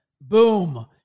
Boom